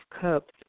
Cups